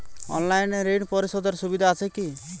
অনলাইনে ঋণ পরিশধের সুবিধা আছে কি?